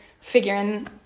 figuring